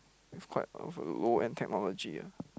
is quite of a low-end technology ah